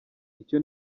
icyo